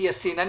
אני